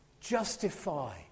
justify